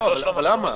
למה?